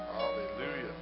Hallelujah